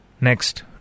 Next